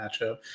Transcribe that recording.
matchup